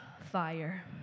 fire